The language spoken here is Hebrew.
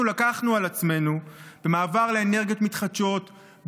לקחנו על עצמנו במעבר לאנרגיות מתחדשות,